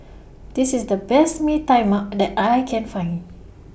This IS The Best Mee Tai Mak that I Can Find